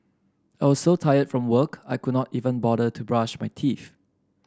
I was so tired from work I could not even bother to brush my teeth